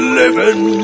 living